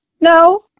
No